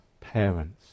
parents